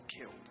killed